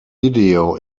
video